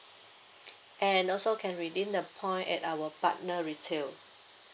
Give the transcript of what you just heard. and also can redeem the point at our partner retail